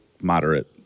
moderate